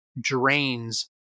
drains